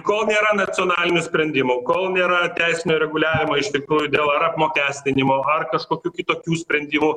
kol nėra nacionalinio sprendimo kol nėra teisinio reguliavo iš tikrųjų dėl ar apmokestinimo ar kažkokių kitokių sprendimų